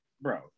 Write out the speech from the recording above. Bro